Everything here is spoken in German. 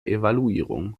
evaluierung